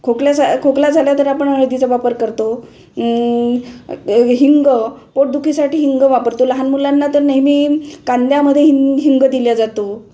खोकल्यासा खोकला झाला तर आपण हळदीचा वापर करतो हिंग पोटदुखीसाठी हिंग वापरतो लहान मुलांना तर नेहमी कांद्यामधे हिंग हिंग दिला जातो